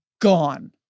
gone